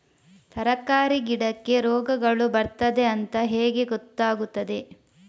ತರಕಾರಿ ಗಿಡಕ್ಕೆ ರೋಗಗಳು ಬರ್ತದೆ ಅಂತ ಹೇಗೆ ಗೊತ್ತಾಗುತ್ತದೆ?